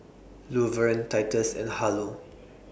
Luverne Titus and Harlow